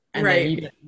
Right